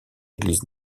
église